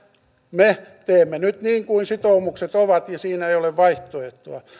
me teemme nyt niin kuin sitoumukset ovat ja siinä ei ole vaihtoehtoa